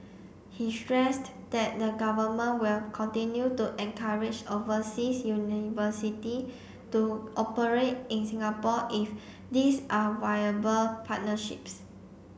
he stressed that the government will continue to encourage overseas university to operate in Singapore if these are viable partnerships